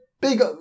Big